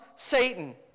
Satan